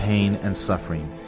pain, and suffering.